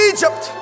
Egypt